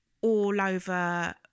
all-over